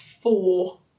four